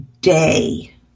day